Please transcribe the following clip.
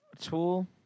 Tool